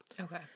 Okay